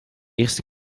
eerste